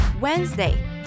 Wednesday